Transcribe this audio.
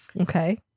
Okay